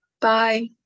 Bye